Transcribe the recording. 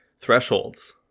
thresholds